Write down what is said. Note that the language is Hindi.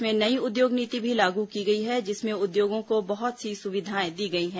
प्रदेश में नई उद्योग नीति भी लागू की गई है जिसमें उद्योगों को बहुत सी सुविधाएं दी गई हैं